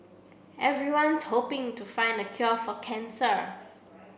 everyone's hoping to find the cure for cancer